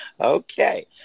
Okay